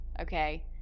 okay